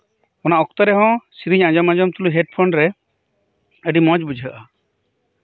ᱚᱱᱟ ᱚᱠᱛᱚ ᱨᱮᱦᱚᱸ ᱥᱮᱨᱮᱧ ᱟᱸᱡᱚᱢ ᱟᱸᱡᱚᱢ ᱛᱩᱞᱩᱪ ᱦᱮᱰᱯᱷᱳᱱ ᱨᱮ ᱟᱹᱰᱤ ᱢᱚᱸᱡ ᱵᱩᱡᱷᱟᱹᱜᱼᱟ